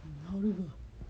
horrible